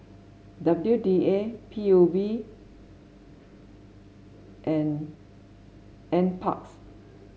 W D A P U B and N N parks